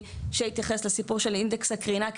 שהתייחס לסיפור של אינדקס הקרינה,